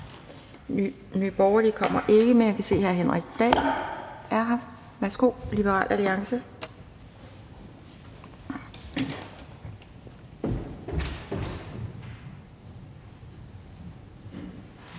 Nye Borgerlige kommer ikke, men jeg kan se, at hr. Henrik Dahl fra Liberal Alliance